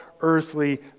earthly